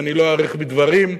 ולא אאריך בדברים: